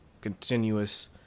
continuous